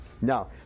Now